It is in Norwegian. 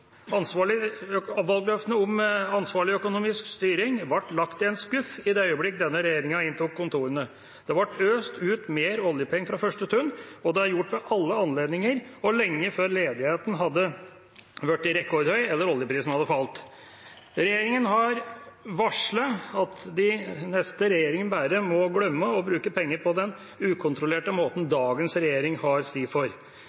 om ansvarlig økonomisk styring ble lagt i en skuff i det øyeblikk denne regjeringa inntok kontorene. Det ble øst ut mer oljepenger fra første stund, og det er gjort ved alle anledninger – og lenge før ledigheten ble rekordhøy eller oljeprisen hadde falt. Regjeringa har varslet at de neste regjeringene bare må glemme å bruke penger på den ukontrollerte måten dagens regjering har stått for.